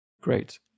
Great